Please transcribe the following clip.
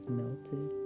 melted